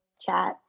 chat